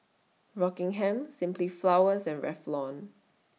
Rockingham Simply Flowers and Revlon